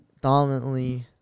dominantly